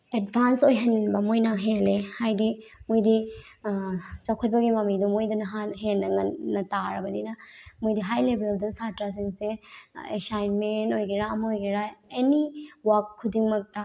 advance ꯑꯣꯏꯍꯟꯕ ꯃꯣꯏꯅ ꯍꯦꯜꯂꯦ ꯍꯥꯏꯗꯤ ꯃꯣꯏꯗꯤ ꯆꯥꯎꯈꯠꯄꯒꯤ ꯃꯃꯤꯗꯣ ꯃꯣꯏꯗꯅ ꯍꯥꯟꯅ ꯍꯦꯟꯅ ꯉꯟꯅ ꯇꯥꯔꯕꯅꯤꯅ ꯃꯣꯏꯗꯤ ꯍꯥꯏ ꯂꯦꯚꯦꯜꯗ ꯁꯥꯠꯇ꯭ꯔꯁꯤꯡꯁꯦ ꯑꯦꯁꯥꯏꯟꯃꯦꯟ ꯑꯣꯏꯒꯦꯔ ꯑꯃ ꯑꯣꯏꯒꯦꯔ ꯑꯦꯅꯤ ꯋꯥꯔꯛ ꯈꯨꯗꯤꯡꯃꯛꯇ